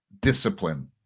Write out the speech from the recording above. discipline